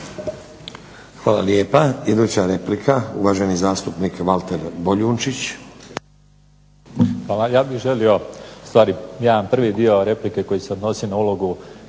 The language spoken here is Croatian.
Hvala lijepa. Iduća replika, uvaženi zastupnik Valter Boljunčić.